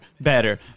better